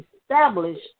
established